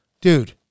Dude